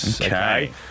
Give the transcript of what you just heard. Okay